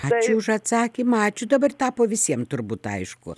ačiū už atsakymą ačiū dabar tapo visiem turbūt aišku